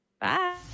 Bye